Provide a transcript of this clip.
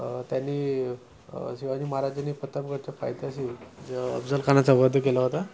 त्यांनी शिवाजी महाराजांनी प्रतापगडच्या पायथ्याशी ज अफजल खानाचा वध केला होता